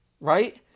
right